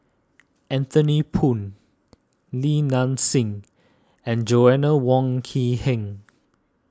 Anthony Poon Li Nanxing and Joanna Wong Quee Heng